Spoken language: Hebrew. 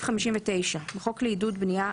(זכויות רכישה) תיקון חוק56.בחוק הפיקדון על מכלי משקה,